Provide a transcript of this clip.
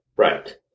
Right